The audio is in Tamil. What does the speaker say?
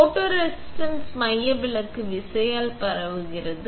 ஃபோட்டோரெசிஸ்ட் மையவிலக்கு விசையால் பரவுகிறது